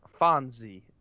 Fonzie